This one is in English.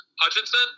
Hutchinson